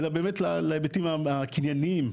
אלא להיבטים הקנייניים,